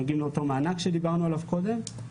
שנוגעים לאותו מענק שדיברנו עליו קודם.